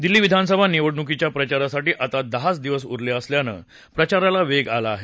दिल्ली विधानसभा निवडणुकीच्या प्रचारासाठी आता दहाच दिवस उरले असल्यानं प्रचाराला वेग आला आहे